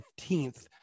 15th